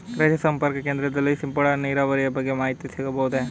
ರೈತ ಸಂಪರ್ಕ ಕೇಂದ್ರದಲ್ಲಿ ಸಿಂಪಡಣಾ ನೀರಾವರಿಯ ಬಗ್ಗೆ ಮಾಹಿತಿ ಸಿಗಬಹುದೇ?